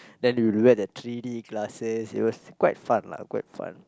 then we revert the three D classes it was quite fun lah quite fun